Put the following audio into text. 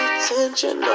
attention